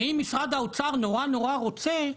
זה אם משרד האוצר נורא נורא רוצה,